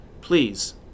please